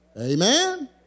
Amen